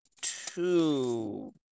two